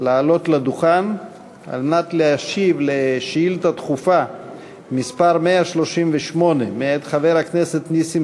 לעלות לדוכן כדי להשיב על שאילתה דחופה מס' 138 מאת חבר הכנסת נסים